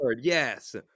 Yes